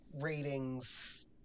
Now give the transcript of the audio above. ratings